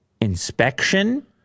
inspection